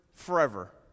forever